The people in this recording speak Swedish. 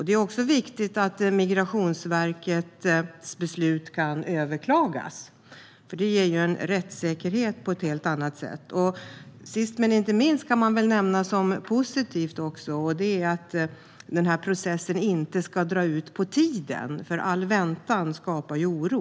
Det är också viktigt att Migrationsverkets beslut kan överklagas, för det ger en rättssäkerhet. Sist men inte minst kan jag nämna som positivt att den här processen inte ska dra ut på tiden, för all väntan skapar ju oro.